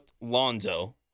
Lonzo